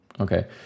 Okay